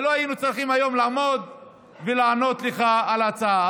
ולא היינו צריכים היום לעמוד ולענות לך על ההצעה.